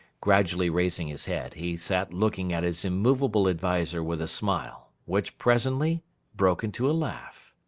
gradually raising his head, he sat looking at his immovable adviser with a smile, which presently broke into a laugh.